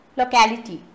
locality